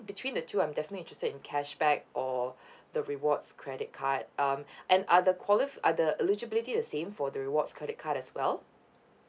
between the two I'm definitely interested in cashback or the rewards credit card um and are the qualif~ are the eligibility the same for the rewards credit card as well